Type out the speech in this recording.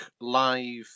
live